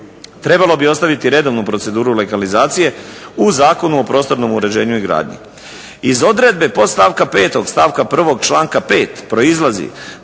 trebalo bi ostaviti redovnu proceduru legalizacije u Zakonu o prostornom uređenju i gradnji. Iz odredbe podstavka 5. stavka 1. članka 5. proizlazi